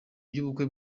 by’ubukwe